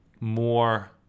more